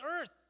earth